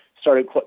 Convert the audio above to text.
started